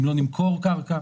אם לא נמכור קרקע,